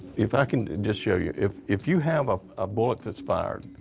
if i can just show you, if if you have a ah bullet that's fired,